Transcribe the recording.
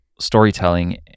storytelling